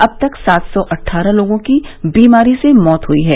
अब तक सात सौ अट्ठारह लोगों की बीमारी से मौत हुई है